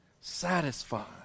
satisfied